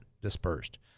dispersed